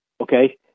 okay